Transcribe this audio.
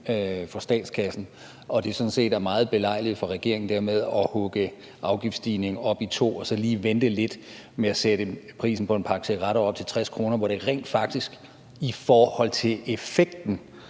for statskassen, og at det sådan set er meget belejligt for regeringen dermed at hugge afgiftsstigningen op i to og så lige vente lidt med at sætte prisen på en pakke cigaretter op til 60 kr., hvor det rent faktisk i forhold til effekten